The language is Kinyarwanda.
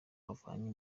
avanye